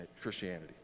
Christianity